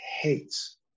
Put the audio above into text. hates